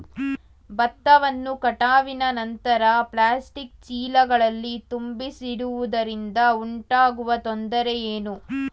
ಭತ್ತವನ್ನು ಕಟಾವಿನ ನಂತರ ಪ್ಲಾಸ್ಟಿಕ್ ಚೀಲಗಳಲ್ಲಿ ತುಂಬಿಸಿಡುವುದರಿಂದ ಉಂಟಾಗುವ ತೊಂದರೆ ಏನು?